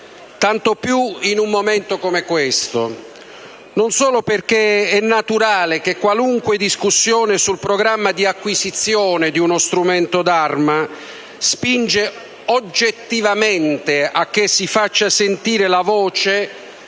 non è certamente facile, non solo perché è naturale che qualunque discussione sul programma di acquisizione di uno strumento d'arma spinga oggettivamente a che si faccia sentire la voce